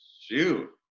Shoot